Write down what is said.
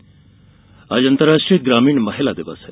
ग्रामीण महिला दिवस आज अंतर्राष्ट्रीय ग्रामीण महिला दिवस है